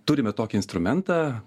turime tokį instrumentą